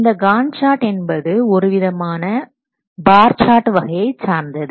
இந்த Gantt chart என்பது ஒருவிதமான பார் சார்ட் வகையை சார்ந்தது